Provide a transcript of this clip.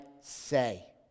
say